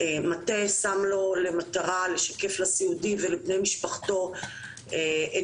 המטה שם לו למטרה לשקף לסיעודי ולבני משפחתו את